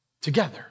together